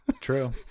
True